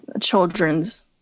children's